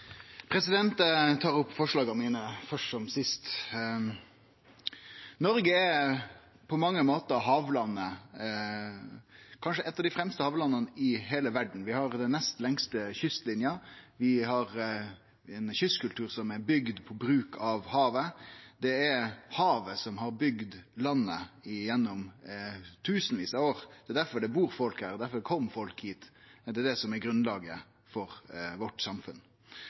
på mange måtar havlandet, kanskje eitt av dei fremste havlanda i heile verda. Vi har den nest lengste kystlinja, vi har ein kystkultur som er bygd på bruk av havet, det er havet som har bygd landet gjennom tusenvis av år. Det er difor det bur folk her, difor kom folk hit, og det er det som er grunnlaget for samfunnet vårt